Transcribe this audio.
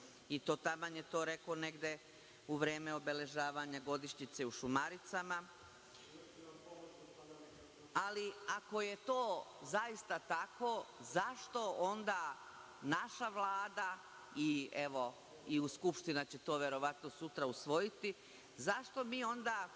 i to je taman rekao negde u vreme obeležavanja godišnjice u Šumaricama. Ako je to zaista tako, zašto onda naša Vlada, a Skupština će to verovatno sutra usvojiti, zašto mi onda